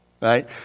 Right